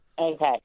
Okay